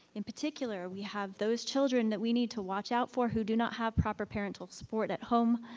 in particular, we have those children that we need to watch out for who do not have proper parental support at home.